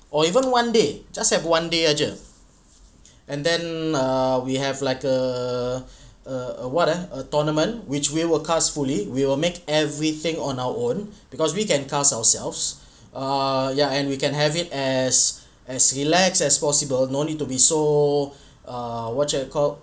or even one day just have one day saja and then err we have like a a what a tournament which we will cast fully we will make everything on our own because we can cast ourselves err ya and we can have it as as relax as possible no need to be so err what's that called